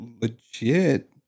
legit